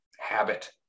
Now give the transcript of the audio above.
habit